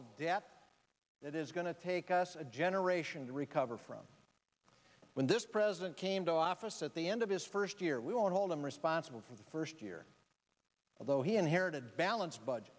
that is going to take us a generation to recover from when this president came to office at the end of his first year we won't hold him responsible for the first year although he inherited balanced bu